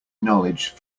knowledge